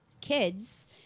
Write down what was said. kids